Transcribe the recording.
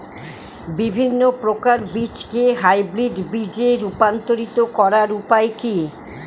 বিভিন্ন প্রকার বীজকে হাইব্রিড বীজ এ রূপান্তরিত করার উপায় কি?